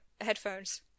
headphones